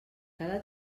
cada